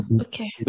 Okay